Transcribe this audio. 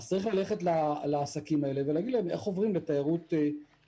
אז צריך ללכת לעסקים האלה ולהגיד להם איך עוברים לתיירות פנים,